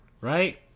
right